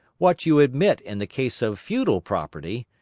what you admit in the case of feudal property,